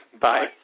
bye